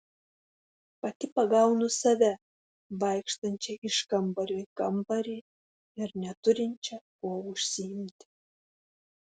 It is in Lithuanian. pati pagaunu save vaikštančią iš kambario į kambarį ir neturinčią kuo užsiimti